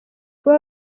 kuba